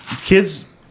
Kids